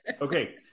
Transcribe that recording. Okay